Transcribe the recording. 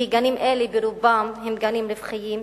כי גנים אלה ברובם הם גנים רווחיים,